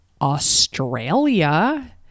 Australia